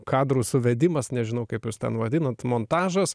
kadrų suvedimas nežinau kaip jūs ten vadinat montažas